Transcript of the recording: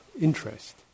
interest